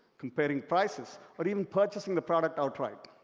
comparing prices, or even purchasing the product outright.